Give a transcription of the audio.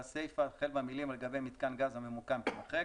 והסיפה החל במילים "ולגבי מיתקן גז הממוקם" תימחק.